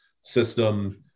system